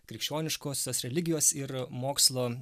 krikščioniškosios religijos ir mokslo